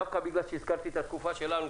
דווקא בגלל שהזכרתי את התקופה שלנו,